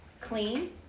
Clean